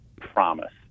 promise